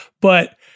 But-